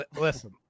Listen